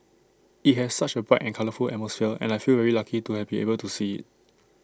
IT has such A bright and colourful atmosphere and I feel very lucky to have been able to see IT